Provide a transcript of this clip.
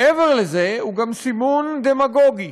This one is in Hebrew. מעבר לזה, הוא גם סימון דמגוגי.